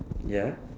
ya